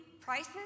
prices